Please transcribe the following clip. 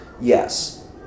yes